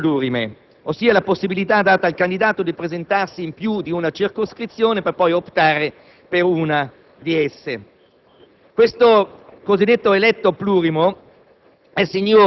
La seconda forte critica riguarda le candidature plurime, ossia la possibilità data al candidato di presentarsi in più di una circoscrizione per poi optare per una di esse.